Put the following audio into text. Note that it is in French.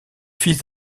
fils